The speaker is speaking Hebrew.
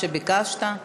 שביקשת.